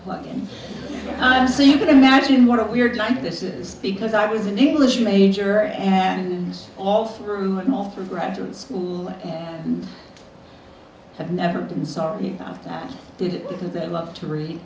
plug in so you can imagine what a weird like this is because i was an english major and all through my mall for graduate school and have never been sorry you did it because they love to read